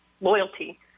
loyalty